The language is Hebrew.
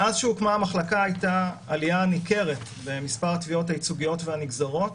מאז שהוקמה המחלקה הייתה עלייה ניכרת במספר התביעות הייצוגיות והנגזרות,